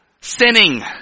sinning